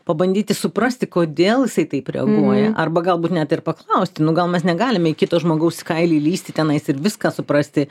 pabandyti suprasti kodėl jisai taip reaguoja arba galbūt net ir paklausti nu gal mes negalime į kito žmogaus kailį įlįsti tenais ir viską suprasti